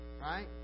Right